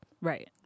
Right